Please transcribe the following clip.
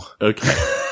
okay